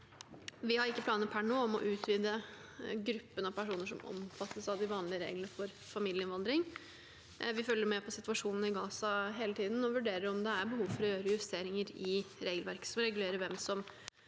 nå har vi ikke planer om å utvide gruppen av personer som omfattes av de vanlige reglene for familieinnvandring. Vi følger med på situasjonen i Gaza hele tiden og vurderer om det er behov for å gjøre justeringer i regelverket som regulerer hvem som